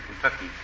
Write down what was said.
Kentucky